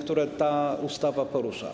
które ta ustawa porusza.